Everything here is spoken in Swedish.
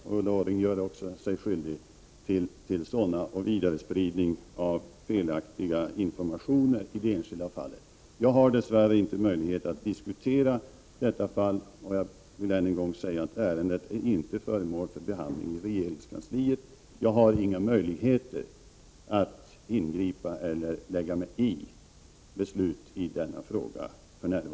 Ulla Orring gör sig också skyldig till sådana och till en vidarespridning av felaktig information. Dess värre har jag inte möjlighet att diskutera detta fall. Jag vill än en gång säga att ärendet inte är föremål för behandling i regeringskansliet. Jag har för närvarande inga möjligheter att ingripa vad gäller beslutet i denna fråga.